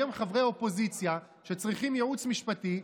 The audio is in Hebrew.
היום חברי אופוזיציה שצריכים ייעוץ משפטי,